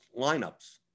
lineups